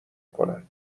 کنن